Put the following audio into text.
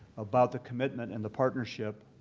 about the commitment and the partnership